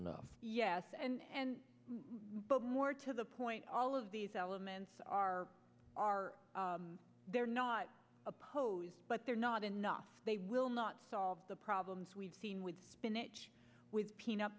enough but more to the point all of these elements are are they're not opposed but they're not enough they will not solve the problems we've seen with spinach with peanut